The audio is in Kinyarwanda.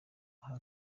aha